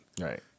Right